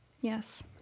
Yes